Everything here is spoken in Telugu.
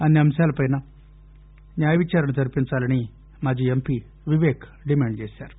అన్ని అంశాలపైన న్యాయ విచారణ జరిపించాలని మాజీ ఎంపి విపేక్ డిమాండ్ చేశారు